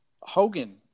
Hogan